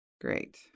Great